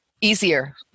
easier